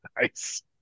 Nice